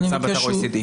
הוא נמצא באתר ה-OECD.